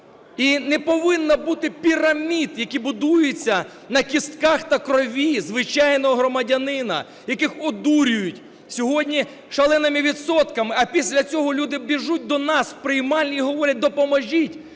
І не повинно бути пірамід, які будуються на кістках та крові звичайного громадянина, яких одурюють сьогодні шаленими відсотками, а після цього люди біжать до нас в приймальні і говорять "допоможіть"